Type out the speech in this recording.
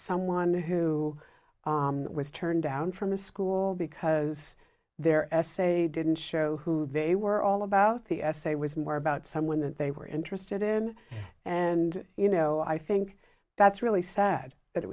someone who was turned down from the school because their essay didn't show who they were all about the essay was more about someone that they were interested in and you know i think that's really sad that it